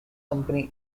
company